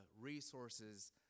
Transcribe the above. resources